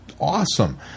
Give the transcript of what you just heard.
awesome